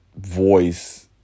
voice